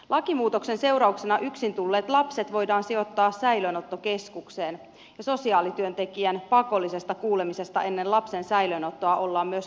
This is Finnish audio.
lakimuutosten seurauksena yksin tulleet lapset voidaan sijoittaa säilöönottokeskukseen ja myös sosiaalityöntekijän pakollisesta kuulemisesta ennen lapsen säilöönottoa ollaan luopumassa